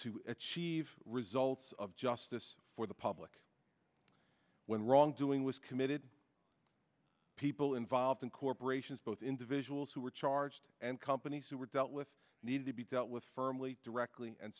to achieve results of justice for the public when wrongdoing was committed people involved in corporations both individuals who were charged and companies were dealt with need to be dealt with firmly directly and